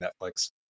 Netflix